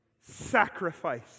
sacrifice